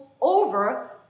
over